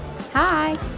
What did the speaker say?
Hi